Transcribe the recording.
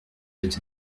peut